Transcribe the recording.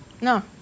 No